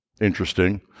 interesting